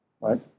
right